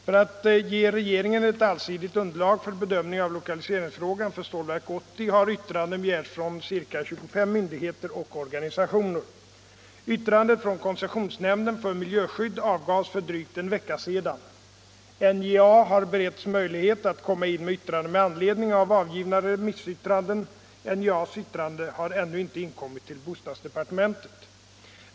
För att ge regeringen ett allsidigt underlag vid bedömning av lokaliseringsfrågan för Stålverk 80 har yttranden begärts från ca 25 myndigheter och organisationer. Yttrandet från koncessionsnämnden för miljöskydd avgavs för drygt en vecka sedan. NJA har beretts möjlighet att lämna yttrande med anledning av avgivna remissyttranden. NJA:s yttrande har ännu inte inkommit till bostadsdepartementet.